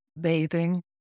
bathing